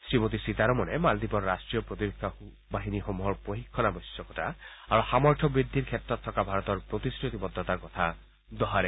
শ্ৰীমতী সীতাৰমণে মালদ্বীপৰ ৰাষ্ট্ৰীয় প্ৰতিৰক্ষা বাহিনীসমূহৰ প্ৰশিক্ষণ আৱশ্যকতা আৰু সামৰ্থ্য বৃদ্ধিৰ ক্ষেত্ৰত থকা ভাৰতৰ প্ৰতিশ্ৰুতিবদ্ধতাৰ কথা দোহাৰে